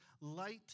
light